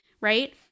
right